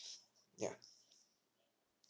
yeah